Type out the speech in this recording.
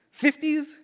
50s